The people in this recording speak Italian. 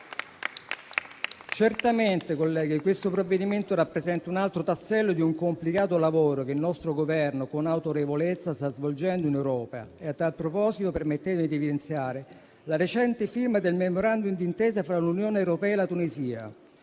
Certamente, colleghi, questo provvedimento rappresenta un altro tassello di un complicato lavoro che il nostro Governo sta svolgendo con autorevolezza in Europa. A tal proposito, permettetemi di evidenziare la recente firma del *Memorandum* d'intesa fra l'Unione europea e la Tunisia.